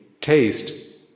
taste